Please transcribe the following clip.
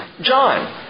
John